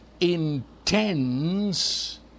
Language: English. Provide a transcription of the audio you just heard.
intends